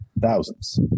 thousands